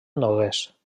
nogués